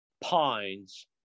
pines